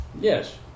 yes